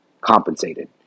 compensated